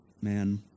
man